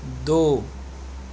دو